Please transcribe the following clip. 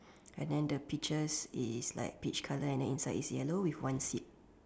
and then the peaches is like peach colour then inside is yellow with one seed